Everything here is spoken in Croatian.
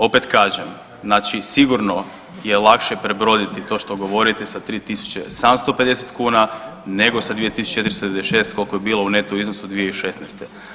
Opet kažem, znači sigurno je lakše prebroditi to što govorite sa 3.750 kuna nego na 2.496 koliko je bilo u neto iznosu 2016.